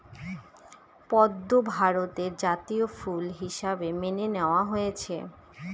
পদ্ম ভারতের জাতীয় ফুল হিসাবে মেনে নেওয়া হয়েছে